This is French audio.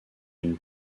une